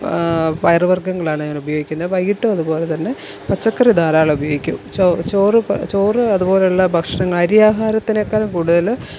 പയറുവർഗ്ഗങ്ങളാണ് ഞാൻ ഉപയോഗിക്കുന്നത് വൈകിയിട്ടും അതുപോലെതന്നെ പച്ചക്കറി ധാരാളം ഉപയോഗിക്കും ചോ ചോറ് ചോറ് അതുപോലെയുള്ള ഭക്ഷണങ്ങൾ അരിയാഹാരത്തിനേക്കാളും കൂടുതൽ